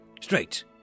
Straight